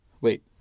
Wait